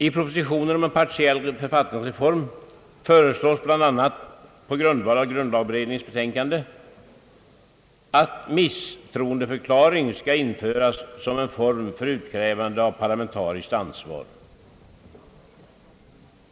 I propositionen om en partiell — författningsreform = föreslås bl.a., på grundval av grundlagberedningens betänkande, att misstroendeförklaring skall införas som en form för utkrävande av parlamentariskt ansvar.